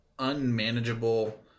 unmanageable